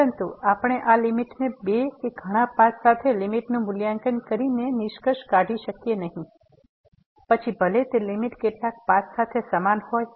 પરંતુ આપણે આ લીમીટને બે કે ઘણા પાથ સાથે લીમીટનું મૂલ્યાંકન કરીને નિષ્કર્ષ કાઢી શકીએ નહીં પછી ભલે તે લીમીટ કેટલાક પાથ સાથે સમાન હોય